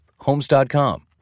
Homes.com